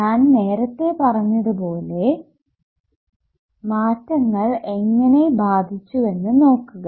ഞാൻ നേരത്തെ പറഞ്ഞതുപോലെ മാറ്റങ്ങൾ എങ്ങനെ ബാധിച്ചുവെന്ന് നോക്കുക